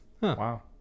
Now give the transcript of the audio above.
Wow